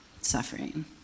suffering